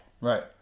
Right